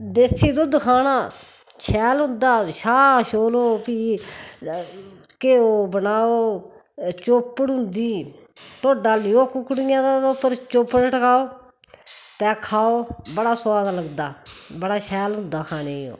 देसी दुद्ध खाना शैल होंदा छाह् छोलो भी ध्यो बनाओ चोपड़ होंदी ढोड्डा लैओ ते उप्पर चोपड़ टकाओ ते खाओ बड़ा सुआद लगदा बड़ा शैल होंदा खाने गी ओह्